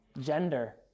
Gender